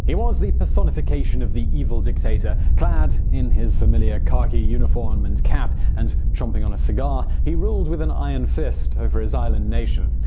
he was the personification of the evil dictator clad in his familiar khaki uniform and cap and chomping on his cigar, he ruled with an iron fist over his island nation.